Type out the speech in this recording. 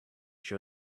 show